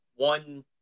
One